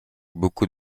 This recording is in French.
beaucoup